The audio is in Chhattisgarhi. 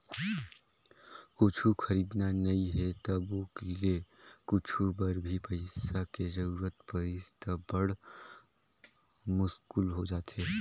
कुछु खरीदना नइ हे तभो ले कुछु बर भी पइसा के जरूरत परिस त बड़ मुस्कुल हो जाथे